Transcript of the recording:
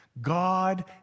God